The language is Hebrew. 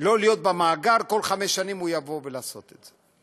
שלא להיות במאגר, כל חמש שנים יבוא לעשות את זה.